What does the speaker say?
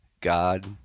God